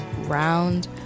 round